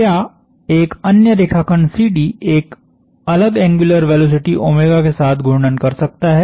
क्या एक अन्य रेखाखंड CD एक अलग एंग्युलर वेलोसिटी के साथ घूर्णन कर सकता है